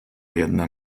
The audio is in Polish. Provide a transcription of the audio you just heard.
jedna